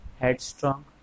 Headstrong